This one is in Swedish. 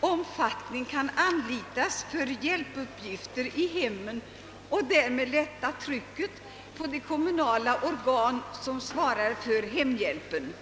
omfattning kan anlitas för hjälpuppgifter i hemmen och därmed lätta trycket på de kommunala organ som svarar för hemhjälpen.